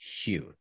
huge